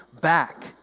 back